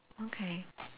okay